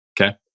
okay